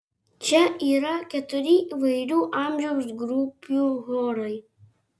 čia yra keturi įvairių amžiaus grupių chorai